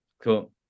cool